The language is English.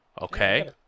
Okay